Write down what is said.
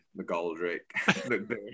McGoldrick